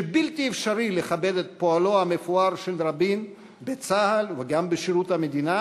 שבלתי אפשרי לכבד את פועלו המפואר של רבין בצה"ל וגם בשירות המדינה,